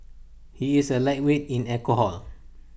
he is A lightweight in alcohol